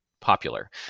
popular